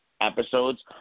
episodes